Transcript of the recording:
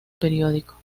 periódico